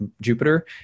Jupiter